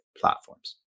platforms